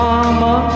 Mama